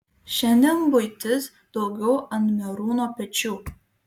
šiandien buitis daugiau ant merūno pečių